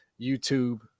youtube